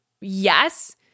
Yes